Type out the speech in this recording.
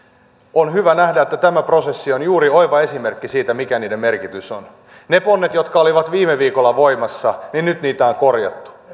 on hyvä nähdä että tämä prosessi on juuri oiva esimerkki siitä mikä niiden merkitys on niitä ponsia jotka olivat viime viikolla voimassa on nyt korjattu ja